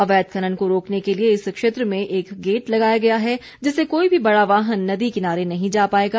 अवैध खनन को रोकने के लिए इस क्षेत्र में एक गेट लगाया गया है जिससे कोई भी बड़ा वाहन नदी किनारे नहीं जा पाएगा